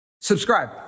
subscribe